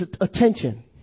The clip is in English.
attention